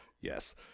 Yes